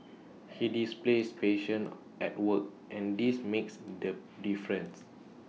he displays patient at work and this makes the difference